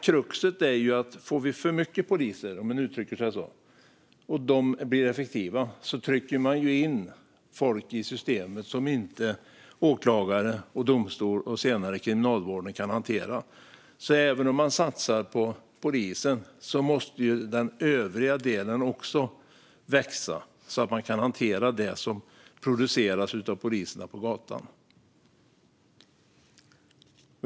Kruxet är bara att om vi får för många poliser, om man uttrycker det så, och de blir effektiva trycker vi in folk i systemet som inte åklagare, domstol och senare kriminalvård kan hantera. Även om vi satsar på polisen måste alltså den övriga delen också växa så att man kan hantera det som produceras av poliserna på gatan.